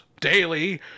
Daily